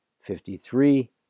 fifty-three